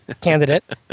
candidate